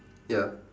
ya